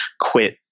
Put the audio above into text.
quit